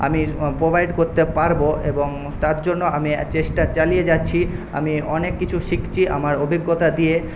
আমি প্রোভাইড করতে পারব এবং তার জন্য আমি চেষ্টা চালিয়ে যাচ্ছি আমি অনেক কিছু শিখছি আমার অভিজ্ঞতা দিয়ে